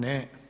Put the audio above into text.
Ne.